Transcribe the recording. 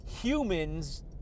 Humans